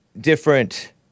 different